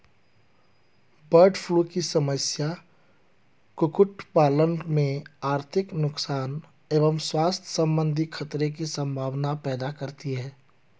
bird flu की समस्या कुक्कुट पालन में आर्थिक नुकसान एवं स्वास्थ्य सम्बन्धी खतरे की सम्भावना पैदा करती है